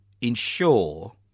ensure